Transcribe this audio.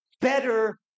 better